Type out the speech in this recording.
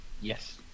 Yes